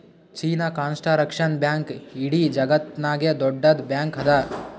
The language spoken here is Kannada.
ಚೀನಾ ಕಂಸ್ಟರಕ್ಷನ್ ಬ್ಯಾಂಕ್ ಇಡೀ ಜಗತ್ತನಾಗೆ ದೊಡ್ಡುದ್ ಬ್ಯಾಂಕ್ ಅದಾ